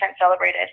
celebrated